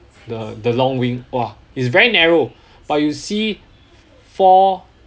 the the long wing !wah! it's very narrow but you see four